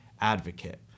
advocate